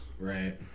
Right